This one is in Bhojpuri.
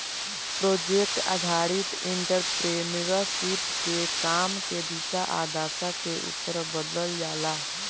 प्रोजेक्ट आधारित एंटरप्रेन्योरशिप के काम के दिशा आ दशा के उपर बदलल जाला